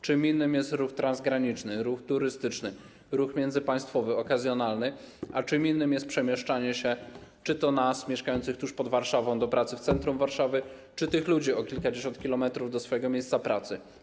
Czym innym jest ruch transgraniczny, ruch turystyczny, ruch międzypaństwowy, okazjonalny, a czym innym jest przemieszczanie się czy to nas mieszkających tuż pod Warszawą do pracy w centrum Warszawy, czy tych ludzi o kilkadziesiąt kilometrów do swojego miejsca pracy.